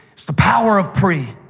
it's the power of pre.